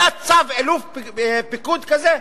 היה צו אלוף פיקוד כזה,